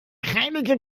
heilige